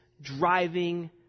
driving